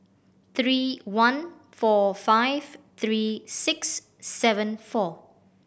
three one four five three six seven four